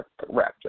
Raptor